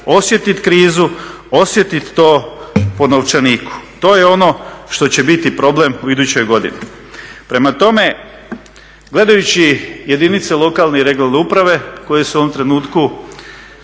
osjetiti krizu, osjetiti to po novčaniku. To je ono što će biti problem u idućoj godini. Gledajući jedinice lokalne i regionalne uprave koje su u ovom trenutku